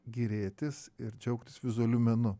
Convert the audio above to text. gėrėtis ir džiaugtis vizualiu menu